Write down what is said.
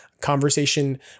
conversation